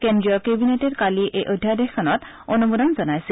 কেন্দ্ৰীয় কেবিনেটে কালি এই অধ্যাদেশখনত অনুমোদন জনাইছিল